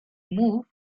move